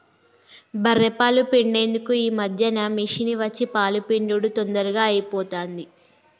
బఱ్ఱె పాలు పిండేందుకు ఈ మధ్యన మిషిని వచ్చి పాలు పిండుడు తొందరగా అయిపోతాంది